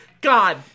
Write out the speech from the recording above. god